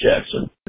Jackson